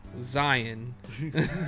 zion